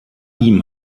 ihm